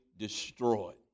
destroyed